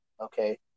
okay